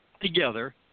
together